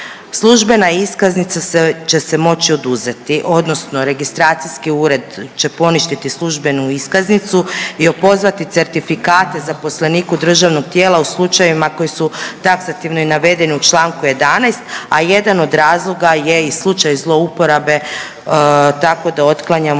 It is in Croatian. Službena iskaznica će se moći oduzeti odnosno registracijski ured će poništiti službenu iskaznicu i opozvati certifikate zaposleniku državnog tijela u slučajevima koji su taksativno navedeni u čl. 11, a jedan od razloga je i slučaj zlouporabe, tako da otklanjamo